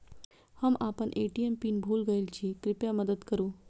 हम आपन ATM pin भूल गईल छी, कृपया मदद करू